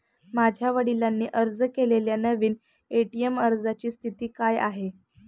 माझ्या वडिलांनी अर्ज केलेल्या नवीन ए.टी.एम अर्जाची स्थिती काय आहे?